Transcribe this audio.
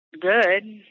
good